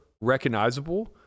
recognizable